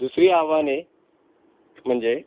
दुसरी आव्हाने म्हणजे